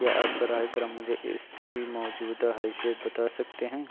کیا آپ براہِ کرم اس کی موجودہ حیثیت بتا سکتے ہیں